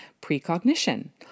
precognition